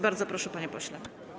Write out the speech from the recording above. Bardzo proszę, panie pośle.